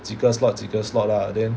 几个 slot 几个 slot lah then